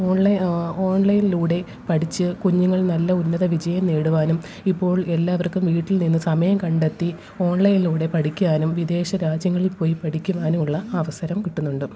online ഓൺലൈനിലൂടെ പഠിച്ചു കുഞ്ഞുങ്ങൾ നല്ല ഉന്നതവിജയം നേടുവാനും ഇപ്പോൾ എല്ലാവര്ക്കും വീട്ടിൽ നിന്നും സമയം കണ്ടെത്തി ഓണ്ലൈനിലൂടെ പഠിക്കാനും വിദേശരാജ്യങ്ങളില് പോയി പഠിക്കുവാനുമുള്ള അവസരം കിട്ടുന്നുണ്ട്